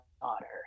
daughter